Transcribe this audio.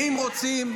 ידעתי שתבחרו בו,